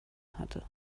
hatte